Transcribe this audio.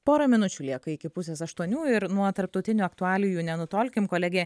pora minučių lieka iki pusės aštuonių ir nuo tarptautinių aktualijų nenutolkim kolegė